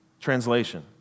Translation